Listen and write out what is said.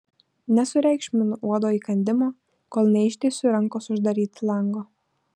nesureikšminu uodo įkandimo kol neištiesiu rankos uždaryti lango